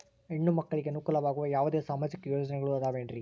ಹೆಣ್ಣು ಮಕ್ಕಳಿಗೆ ಅನುಕೂಲವಾಗುವ ಯಾವುದೇ ಸಾಮಾಜಿಕ ಯೋಜನೆಗಳು ಅದವೇನ್ರಿ?